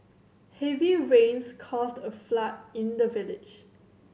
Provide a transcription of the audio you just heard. heavy rains caused a flood in the village